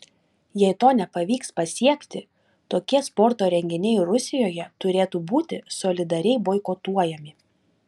jei to nepavyks pasiekti tokie sporto renginiai rusijoje turėtų būti solidariai boikotuojami